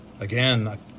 Again